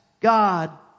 God